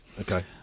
Okay